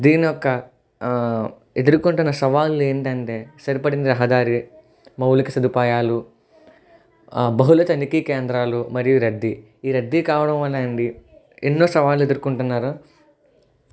దీని యొక్క ఎదురుకుంటున్న సవాళ్ళు ఏంటి అంటే సరిపడని రహదారి మౌళిక సదుపాయాలు బహుళ తనిఖీ కేంద్రాలు మరియు రద్దీ ఈ రద్దీ కావడం అనండి ఎన్నో సవాళ్ళు ఎదురుకుంటున్నారు